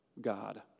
God